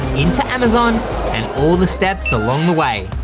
into amazon and all the steps along the way.